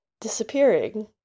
Disappearing